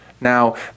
Now